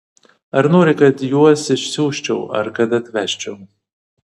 ar nori kad juos išsiųsčiau ar kad atvežčiau